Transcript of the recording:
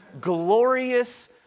glorious